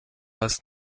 hast